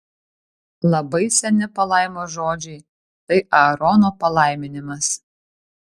labai seni palaimos žodžiai tai aarono palaiminimas